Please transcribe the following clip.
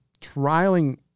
trialing